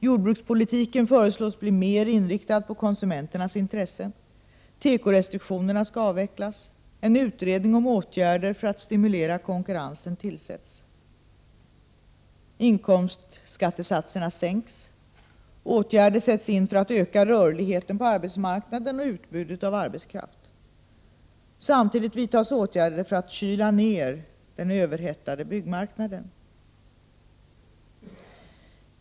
Jordbrukspolitiken föreslås bli mer inriktad på konsumenternas intressen, tekorestriktionerna skall avvecklas, en utredning om åtgärder för att stimulera konkurrensen tillsätts, inkomstskattesatserna sänks, åtgärder sätts in för att öka rörligheten på arbetsmarknaden och utbudet av arbetskraft. Samtidigt vidtas åtgärder för att kyla ned den överhettade byggmarknaden.